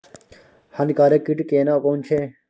हानिकारक कीट केना कोन छै?